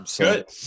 Good